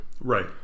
Right